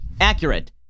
Accurate